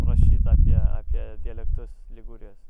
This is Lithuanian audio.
rašyt apie apie dialektus ligūrijos